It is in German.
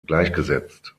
gleichgesetzt